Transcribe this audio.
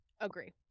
Agree